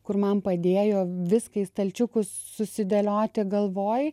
kur man padėjo viską į stalčiukus susidėlioti galvoj